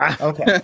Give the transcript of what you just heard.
Okay